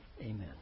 Amen